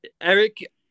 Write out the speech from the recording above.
Eric